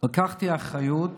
לקחתי אחריות